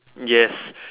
yes